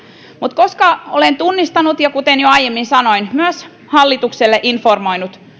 mutta olen tunnistanut ja kuten jo aiemmin sanoin myös hallitukselle informoinut